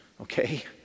Okay